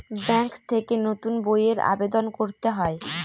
bank থেকে নতুন বইয়ের আবেদন করতে হয়